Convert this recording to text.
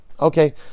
Okay